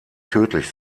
tödlich